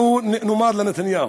אנחנו נאמר לנתניהו: